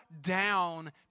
down